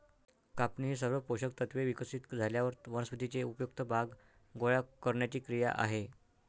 कापणी ही सर्व पोषक तत्त्वे विकसित झाल्यावर वनस्पतीचे उपयुक्त भाग गोळा करण्याची क्रिया आहे